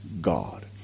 God